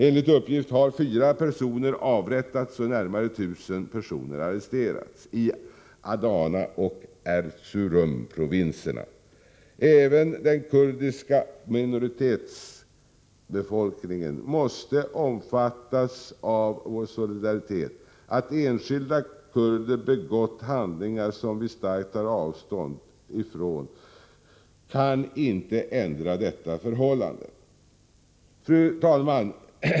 Enligt uppgift har 4 personer avrättats och närmare 1 000 personer arresterats i Adanaoch Erzurum-provinserna. Även den kurdiska minoritetsbefolkningen måste omfattas av vår solidaritet. Att enskilda kurder begått handlingar som vi starkt tar avstånd ifrån kan inte ändra detta förhållande. Fru talman!